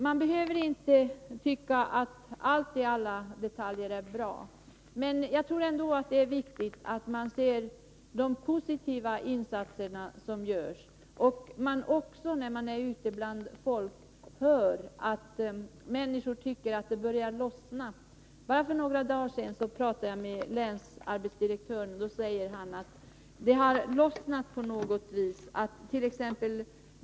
Man behöver inte tycka att alla detaljer är bra, men jag tror ändå att det är viktigt att se på de positiva insatser som görs. När man är ute bland folk hör man att människor tycker att det börjar lossna. Bara för några dagar sedan talade jag med länsarbetsdirektören, som sade: Det har lossnat på något sätt.